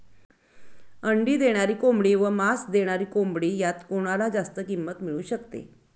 अंडी देणारी कोंबडी व मांस देणारी कोंबडी यात कोणाला जास्त किंमत मिळू शकते?